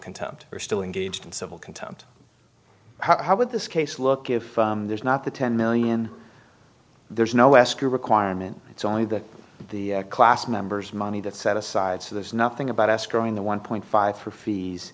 contempt are still engaged in civil contempt how would this case look if there's not the ten million there's no s q requirement it's only the the class members money that set aside so there's nothing about asked during the one point five for fees